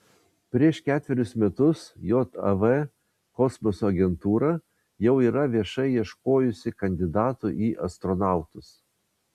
prieš ketverius metus jav kosmoso agentūra jau yra viešai ieškojusi kandidatų į astronautus